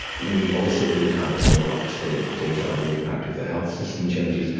we also don't have the more up-to-date data on the impact of the health system changes,